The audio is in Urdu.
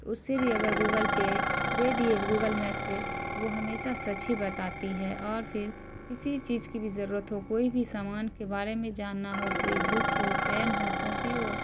تو اس سے بھی اگر گوگل پہ دے دیے گوگل میپ پہ تو وہ ہمیسہ سچ ہی بتاتی ہے اور پھر کسی چیز کی بھی ضرورت ہو کوئی بھی سامان کے بارے میں جاننا ہو کوئی بک ہو فین ہو کاپی ہو